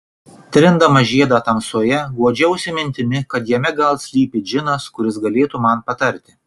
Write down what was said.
trindama žiedą tamsoje guodžiausi mintimi kad jame gal slypi džinas kuris galėtų man patarti